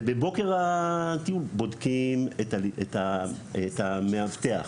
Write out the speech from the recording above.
ובבוקר הטיול בודקים את המאבטח